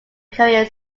career